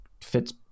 fits